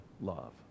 love